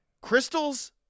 Crystal's